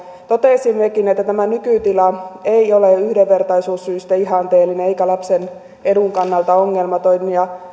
totesimmekin että tämä nykytila ei ole yhdenvertaisuussyistä ihanteellinen eikä lapsen edun kannalta ongelmaton